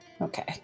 okay